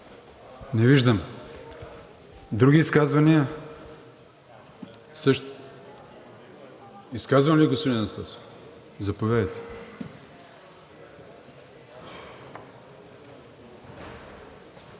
Не виждам. Други изказвания? За изказване ли, господин Анастасов? Заповядайте.